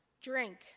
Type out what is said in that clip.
drink